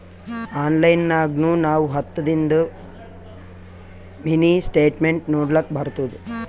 online ನಾಗ್ನು ನಾವ್ ಹತ್ತದಿಂದು ಮಿನಿ ಸ್ಟೇಟ್ಮೆಂಟ್ ನೋಡ್ಲಕ್ ಬರ್ತುದ